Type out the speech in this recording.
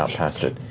past it.